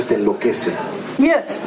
Yes